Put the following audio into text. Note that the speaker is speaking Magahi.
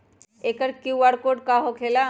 एकर कियु.आर कोड का होकेला?